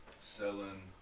selling